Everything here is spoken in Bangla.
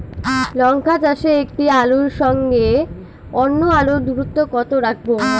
লঙ্কা চাষে একটি আলুর সঙ্গে অন্য আলুর দূরত্ব কত রাখবো?